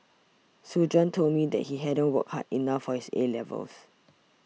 soon Juan told me that he hadn't worked hard enough for his A levels